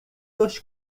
dos